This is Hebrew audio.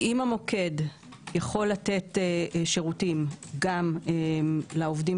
אם המוקד יכול לתת שירותים גם לעובדים